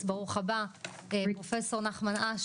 אברמי פרידלנדר,